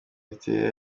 erythrea